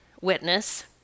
witness